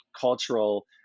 cultural